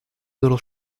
little